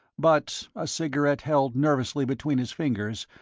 but, a cigarette held nervously between his fingers,